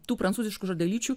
tų prancūziškų žodelyčių